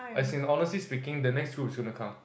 as in honestly speaking the next group is going to come